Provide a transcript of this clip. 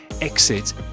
exit